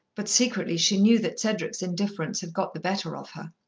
but secretly she knew that cedric's indifference had got the better of her.